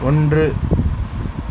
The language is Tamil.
ஒன்று